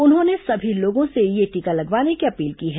उन्होंने सभी लोगों से यह टीका लगवाने की अपील की है